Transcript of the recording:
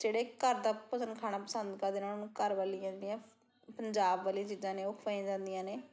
ਜਿਹੜੇ ਘਰ ਦਾ ਭੋਜਨ ਖਾਣਾ ਪਸੰਦ ਕਰਦੇ ਨੇ ਉਹਨਾਂ ਨੂੰ ਘਰਵਾਲੀ ਜਾਂਦੀ ਆ ਪੰਜਾਬ ਵਾਲੇ ਜਿੱਦਾਂ ਨੇ ਉਹ ਖਵਾਈਆਂ ਜਾਂਦੀਆਂ ਨੇ